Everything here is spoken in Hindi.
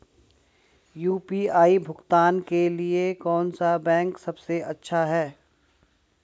यू.पी.आई भुगतान के लिए कौन सा बैंक सबसे अच्छा है?